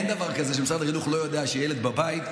אין דבר כזה שמשרד החינוך לא יודע שילד בבית,